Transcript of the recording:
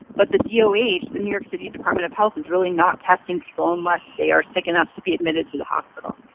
but the doh, the new york city department of health, is really not testing people unless they are sick enough to be admitted to the hospital.